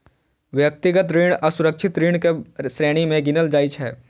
व्यक्तिगत ऋण असुरक्षित ऋण के श्रेणी मे गिनल जाइ छै